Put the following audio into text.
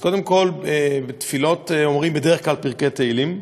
אז קודם כול בתפילות אומרים בדרך כלל פרקי תהילים,